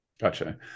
Gotcha